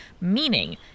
meaning